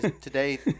today